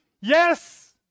Yes